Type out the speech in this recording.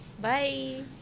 Bye